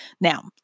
Now